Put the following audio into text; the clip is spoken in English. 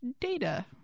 data